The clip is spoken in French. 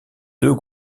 deux